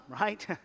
right